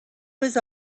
was